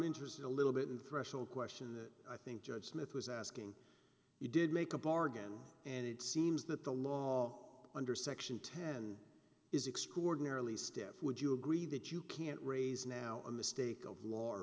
interested a little bit in the threshold question that i think judge smith was asking you did make a bargain and it seems that the law under section ten is extraordinarily stiff would you agree that you can't raise now a mistake of law